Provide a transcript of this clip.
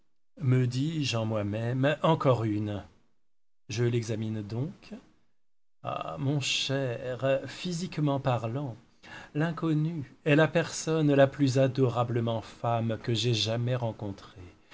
me dis-je en moi-même encore une je l'examine donc ah mon cher physiquement parlant l'inconnue est la personne la plus adorablement femme que j'aie jamais rencontrée